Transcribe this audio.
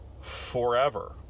forever